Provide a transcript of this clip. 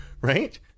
right